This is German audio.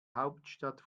hauptstadt